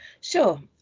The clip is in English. Sure